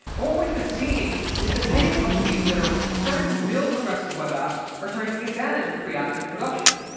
and what we've been seeing is that many companies that are starting to build progressive web apps are taking advantage of preact in production.